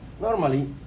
Normally